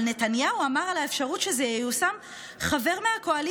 אבל זה מה שנתניהו אמר על האפשרות שזה ייושם: "חבר מהקואליציה,